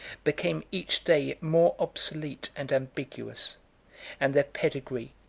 became each day more obsolete and ambiguous and their pedigree,